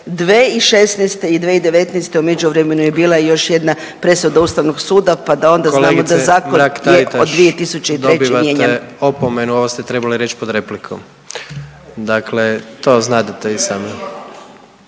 2016. i 2019., a u međuvremenu je bila još jedna presuda ustavnog suda, pa da onda znamo da zakon je od 2003. mijenjan. **Jandroković, Gordan (HDZ)** Kolegice Mrak-Taritaš, dobivate opomenu, ovo ste trebali reć pod replikom, dakle to znadete i sami.